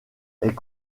est